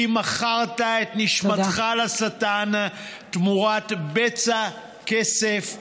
כי מכרת את נשמתך לשטן תמורת בצע כסף.